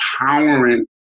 empowering